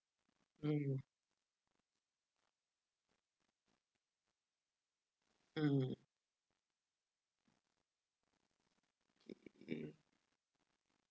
mm mm okay